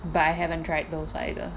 but I haven't tried those either